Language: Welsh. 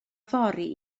fory